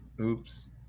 Oops